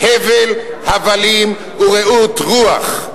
הבל הבלים ורעות רוח.